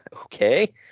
Okay